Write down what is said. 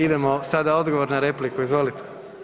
Idemo sada odgovor na repliku, izvolite.